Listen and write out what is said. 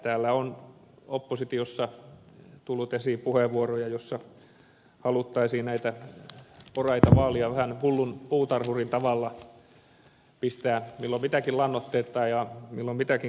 täällä on oppositiossa tullut esiin puheenvuoroja joissa haluttaisiin näitä oraita vaalia vähän hullun puutarhurin tavalla pistää milloin mitäkin lannoitteita ja milloin mitäkin kasvinsuojeluainetta